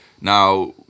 Now